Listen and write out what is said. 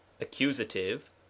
accusative